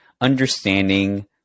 understanding